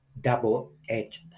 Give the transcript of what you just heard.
double-edged